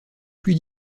plus